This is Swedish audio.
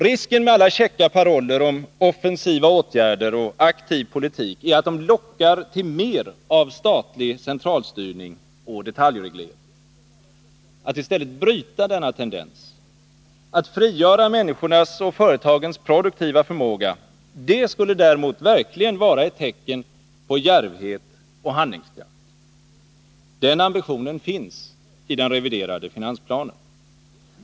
Risken med alla käcka paroller om offensiva åtgärder och aktiv politik är att de lockar till mer av statlig centralstyrning och detaljreglering. Att i stället bryta denna tendens, att frigöra människornas och företagens produktiva förmåga — det skulle däremot verkligen vara ett tecken på djärvhet och handlingskraft. Den ambitionen finns i den reviderade finansplanen.